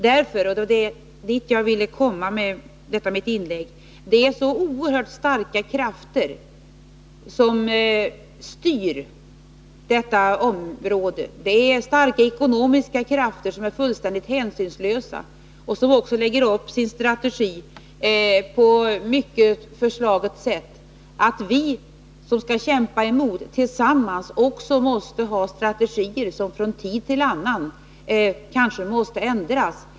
Det är nämligen — och det var dit jag ville komma med det här inlägget — oerhört starka krafter som styr detta område. Det är starka ekonomiska krafter som är fullständigt hänsynslösa och som också lägger upp sin strategi på ett mycket förslaget sätt. Vi som tillsammans skall kämpa emot narkotikamissbruket måste också ha strategier som från tid till annan kanske behöver ändras.